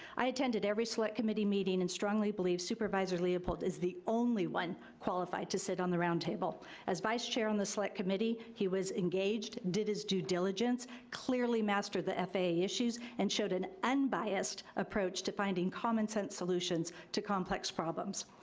i attended every select committee meeting and strongly believe supervisor leopold is the only one qualified to sit on the roundtable as vice-chair on the select committee, he was engaged, did his due diligence, clearly mastered the faa issues, and showed an unbiased approach to finding commonsense solutions to complex problems.